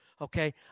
okay